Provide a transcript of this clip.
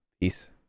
Peace